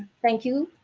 thank you.